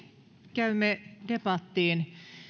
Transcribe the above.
käymme debattiin